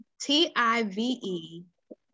T-I-V-E